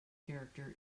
character